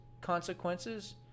consequences